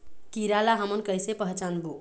कीरा ला हमन कइसे पहचानबो?